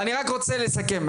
אני רוצה לסכם.